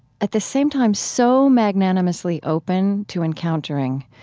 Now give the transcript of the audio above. at the same time, so magnanimously open to encountering